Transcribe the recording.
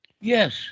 Yes